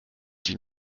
die